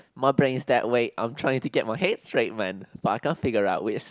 my brain's dead wait I'm trying to get my head straight man but I can't figure out which